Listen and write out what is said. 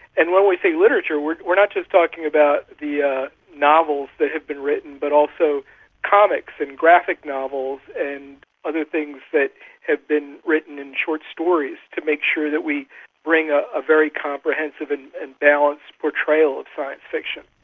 and when we say literature, we are not just talking about the ah novels that have been written but also comics and graphic novels and other things that have been written in short stories to make sure that we bring a ah very comprehensive and balanced portrayal of science fiction.